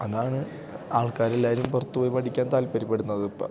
അതാണ് ആൾക്കാരെല്ലാവരും പുറത്തു പോയി പഠിക്കാൻ താല്പര്യപ്പെടുന്നത് ഇപ്പോള്